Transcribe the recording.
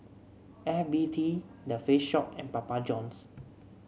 F B T The Face Shop and Papa Johns